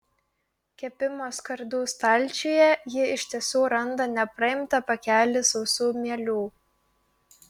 kepimo skardų stalčiuje ji iš tiesų randa nepraimtą pakelį sausų mielių